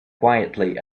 quietly